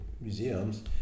museums